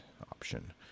option